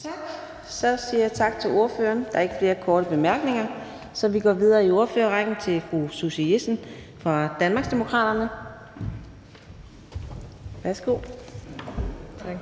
Tak. Så siger jeg tak til ordføreren. Der er ikke flere korte bemærkninger, så vi går videre i ordførerrækken til fru Susie Jessen fra Danmarksdemokraterne. Værsgo. Kl.